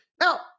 now